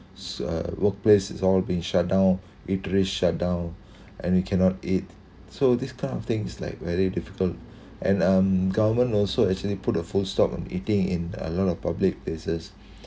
workplace is all been shutdown eateries shutdown and we cannot eat so this kind of things like very difficult and um government also actually put a full stop on eating in a lot of public places